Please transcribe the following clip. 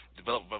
develop